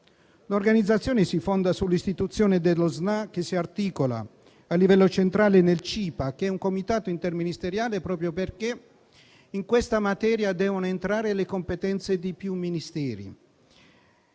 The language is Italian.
L'organizzazione si fonda sull'istituzione dello Sna e si articola a livello centrale nel Cipa, che è un Comitato interministeriale, proprio perché in questa materia devono entrare le competenze di più Ministeri,